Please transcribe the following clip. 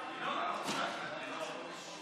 נתקבלו.